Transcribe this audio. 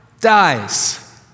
dies